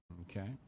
okay